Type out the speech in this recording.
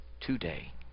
today